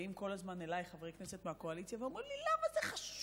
באים אליי כל הזמן חברי כנסת מהקואליציה ואומרים לי: למה זה חשוב,